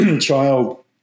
child